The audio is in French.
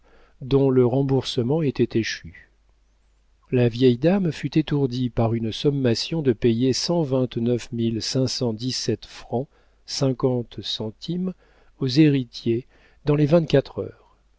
dont le remboursement était échu la vieille dame fut étourdie par une sommation de payer cent vingt-neuf mille cinq cent dix-sept francs cinquante-cinq centimes aux héritiers dans les vingt-quatre heures